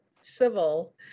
civil